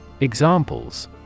Examples